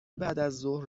بعدازظهر